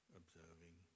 observing